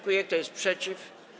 Kto jest przeciw?